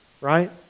right